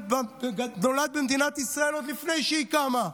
הוא נולד במדינת ישראל עוד לפני שהיא קמה.